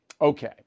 Okay